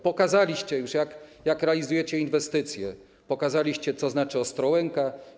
Pokazaliście już, jak realizujecie inwestycje, pokazaliście, co znaczy Ostrołęka.